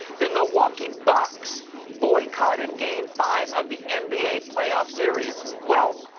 the milwaukee bucks boycotted game five of the n b a. play-off series. well,